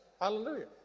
Hallelujah